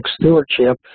stewardship